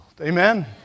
Amen